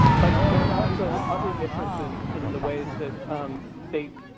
but there are also other differences in the ways that states